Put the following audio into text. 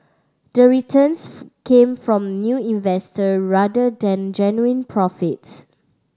the returns came from new investor rather than genuine profits